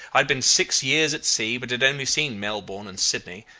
i had been six years at sea, but had only seen melbourne and sydney,